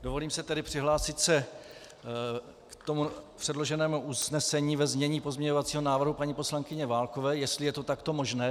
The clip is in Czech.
Dovolím si tedy přihlásit se k předloženému usnesení ve znění pozměňovacího návrhu paní poslankyně Válkové, jestli je to takto možné.